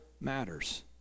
matters